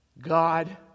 God